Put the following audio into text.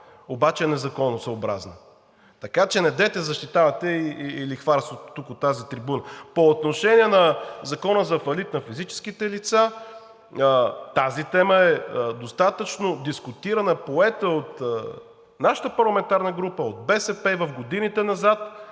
обаче е незаконосъобразно, така че недейте да защитавате лихварството тук от тази трибуна. По отношение на Закона за фалит на физическите лица тази тема е достатъчно дискутирана, поета е от нашата парламентарна група, от БСП в годините назад.